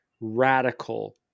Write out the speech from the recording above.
radical